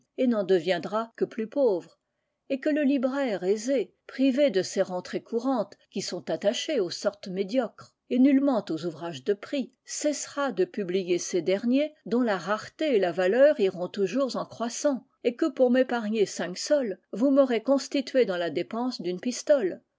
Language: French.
et n'en deviendra que plus pauvre et que le libraire aisé privé de ses rentrées courantes qui sont attachées aux sortes médiocres et nullement aux ouvrages de prix cessera de publier ces derniers dont la rareté et la valeur iront toujours en croissant et que pour m'épargner cinq sols vous m'aurez constitué dans la dépense d'une pistole